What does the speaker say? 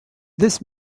this